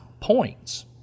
points